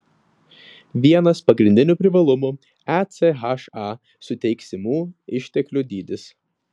vienas pagrindinių privalumų echa suteiksimų išteklių dydis